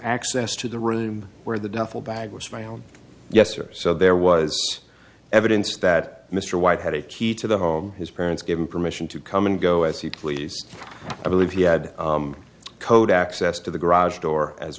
access to the room where the duffel bag was found yes or so there was evidence that mr white had a key to the home his parents gave him permission to come and go as you please i believe he had code access to the garage door as